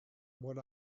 what